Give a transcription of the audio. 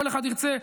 כל אחד ירצה,